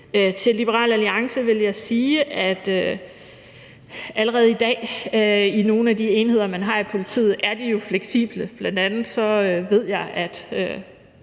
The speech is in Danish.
Til Liberal Alliance vil jeg sige, at allerede i dag er de jo i nogle af de enheder, man har i politiet, fleksible.